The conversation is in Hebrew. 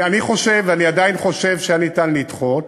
אני חושב, אני עדיין חושב שהיה ניתן לדחות.